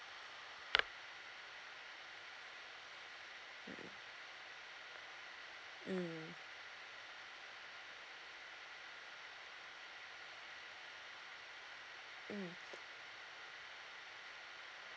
mm mm